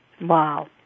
Wow